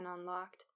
unlocked